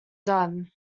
dunne